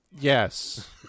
Yes